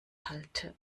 halte